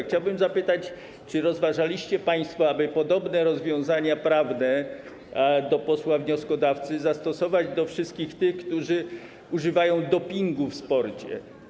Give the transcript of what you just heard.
Chciałbym zapytać: Czy rozważaliście, państwo, aby podobne rozwiązania prawne - kieruję to do posła wnioskodawcy - zastosować do wszystkich tych, którzy używają dopingu w sporcie?